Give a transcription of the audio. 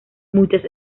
muchas